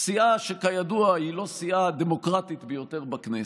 סיעה שכידוע היא לא סיעה הדמוקרטית ביותר בכנסת,